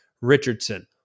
Richardson